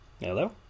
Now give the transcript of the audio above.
hello